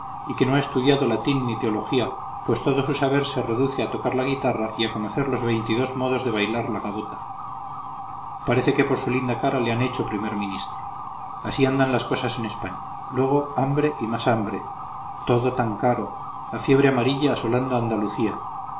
y que no ha estudiado latín ni teología pues todo su saber se reduce a tocar la y a conocer los veintidós modos de bailar la gavota parece que por su linda cara le han hecho primer ministro así andan las cosas de españa luego hambre y más hambre todo tan caro la fiebre amarilla asolando a andalucía